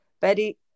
Betty